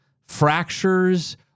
fractures